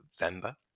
November